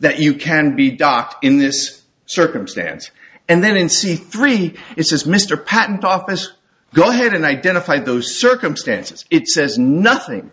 that you can be docked in this circumstance and then in c three it says mr patent office go ahead and identify those circumstances it says nothing